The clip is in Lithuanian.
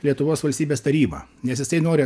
lietuvos valstybės taryba nes jisai nori